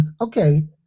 okay